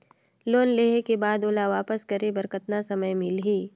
Loan लेहे के बाद ओला वापस करे बर कतना समय मिलही?